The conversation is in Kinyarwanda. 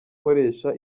nkoresha